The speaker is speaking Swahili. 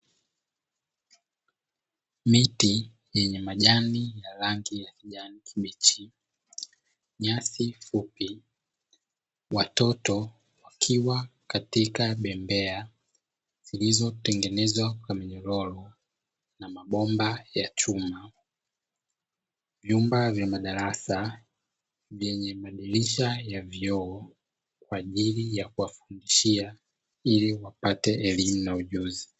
Miti yenye majani ya rangi ya kijani kibichi, nyasi fupi. Watoto wakiwa katika bembea zilizo tengenezwa kwa mnyororo na mabomba ya chuma. Vyumba vya madarasa vyenye madirisha ya vioo kwa ajili ya kuwafundishia ili wapate elimu na ujuzi.